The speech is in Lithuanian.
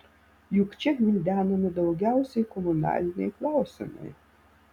juk čia gvildenami daugiausiai komunaliniai klausimai